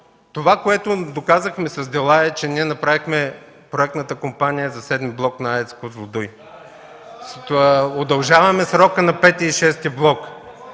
Това, което доказахме с дела, е, че направихме проектната компания за VІІ блок на АЕЦ „Козлодуй”. Удължаваме срока на V и VІ блок.